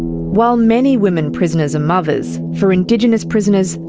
while many women prisoners are mothers, for indigenous prisoners,